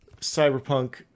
cyberpunk